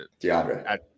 DeAndre